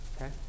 Okay